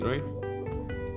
right